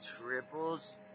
triples